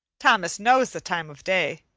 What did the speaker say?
thomas knows the time of day.